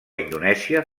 indonèsia